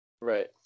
Right